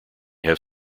have